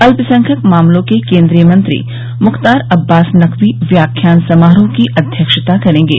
अल्पसंख्यक मामलों के केन्द्रीय मंत्री मुख्तार अब्बास नकवी व्याख्यान समारोह की अध्यक्षता करेंगे